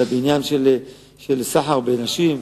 אלא בעניין סחר בנשים.